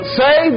say